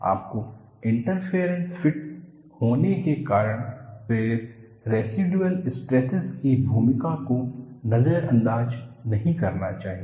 आपको interference fit होने के कारण प्रेरित रैसिडुअल स्ट्रेसिस की भूमिका को नजरअंदाज नहीं करना चाहिए